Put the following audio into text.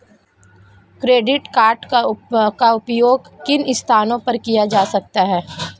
Credit card का उपयोग किन स्थानों पर किया जा सकता है?